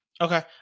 Okay